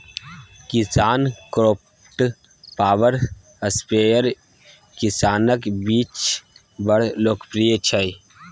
KisanKraft power sprayer किसानक बीच बड़ लोकप्रिय छै